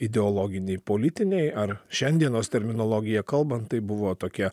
ideologiniai politiniai ar šiandienos terminologija kalbant tai buvo tokie